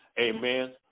Amen